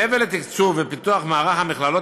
מעבר לתקצוב ופיתוח מערך המכללות